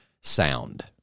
sound